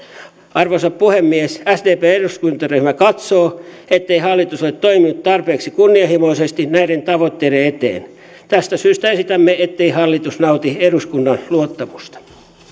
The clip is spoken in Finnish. arvoisa puhemies sdpn eduskuntaryhmä katsoo ettei hallitus ole toiminut tarpeeksi kunnianhimoisesti näiden tavoitteiden eteen tästä syystä esitämme ettei hallitus nauti eduskunnan luottamusta